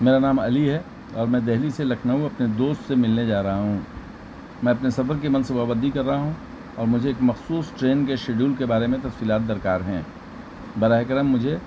میرا نام علی ہے اور میں دہلی سے لکھنؤ اپنے دوست سے ملنے جا رہا ہوں میں اپنے سفر کی منصوبہ بندی کر رہا ہوں اور مجھے ایک مخصوص ٹرین کے شیڈیول کے بارے میں تفصیلات درکار ہیں براہ کرم مجھے